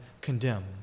condemned